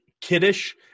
kiddish